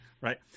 Right